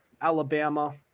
Alabama